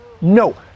No